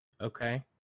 Okay